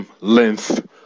length